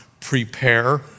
prepare